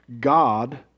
God